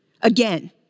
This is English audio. Again